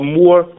more